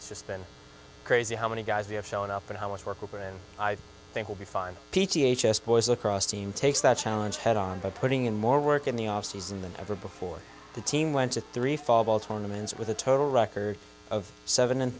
it's just been crazy how many guys you have shown up and how much work over and they will be fine p t h s boys across team takes that challenge head on by putting in more work in the offseason than ever before the team went to three fall ball tournaments with a total record of seven and